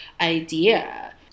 idea